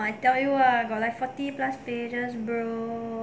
I tell you ah got like forty plus pages book